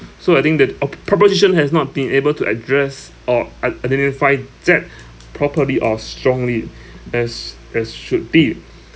so I think that op~ proposition has not been able to address or i~ identify that properly or strongly as as should be